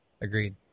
Agreed